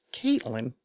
Caitlin